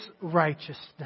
righteousness